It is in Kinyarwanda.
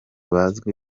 bazwi